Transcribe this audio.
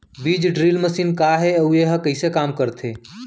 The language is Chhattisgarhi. बीज ड्रिल मशीन का हे अऊ एहा कइसे काम करथे?